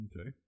Okay